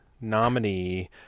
nominee